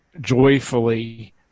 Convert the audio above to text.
joyfully